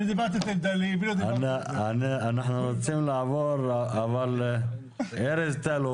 אנחנו רוצים לעבור לארז טל,